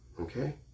Okay